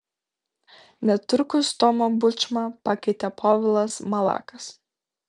netrukus tomą bučmą pakeitė povilas malakas